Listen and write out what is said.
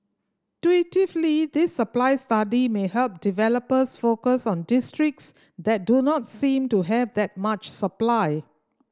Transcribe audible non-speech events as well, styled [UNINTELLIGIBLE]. [UNINTELLIGIBLE] this supply study may help developers focus on districts that do not seem to have that much supply